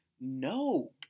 No